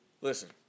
Listen